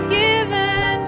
given